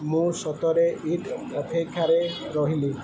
ମୁଁ ସତରେ ଇଦ୍ ଅପେକ୍ଷାରେ ରହିଲି